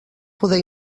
poder